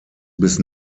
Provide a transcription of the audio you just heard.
bis